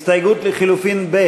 הסתייגות לחלופין (ב)